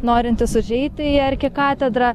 norintys užeiti į arkikatedrą